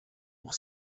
pour